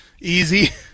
Easy